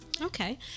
Okay